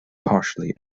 partially